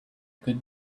could